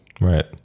right